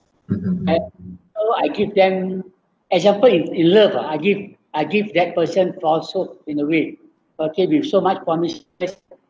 I so I give them example in in love ah I give I give that person false hope in a way okay with so much promises